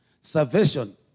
Salvation